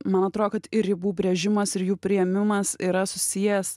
man atrodo kad ribų brėžimas ir jų priėmimas yra susijęs